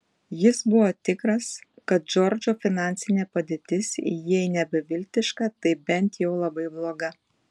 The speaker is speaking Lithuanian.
jis buvo tikras kad džordžo finansinė padėtis jei ne beviltiška tai bent jau labai bloga